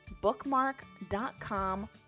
bookmark.com